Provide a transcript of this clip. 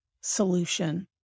solution